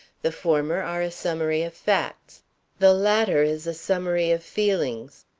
the former are a summary of facts the latter is a summary of feelings.